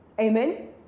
Amen